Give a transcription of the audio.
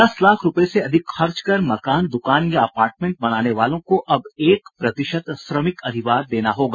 दस लाख रूपये से अधिक खर्च कर मकान दुकान या अपार्टमेंट बनाने वाले को अब एक प्रतिशत श्रमिक अधिभार देना होगा